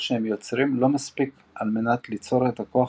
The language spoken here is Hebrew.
שהם יוצרים לא מספיק על מנת ליצור את הכוח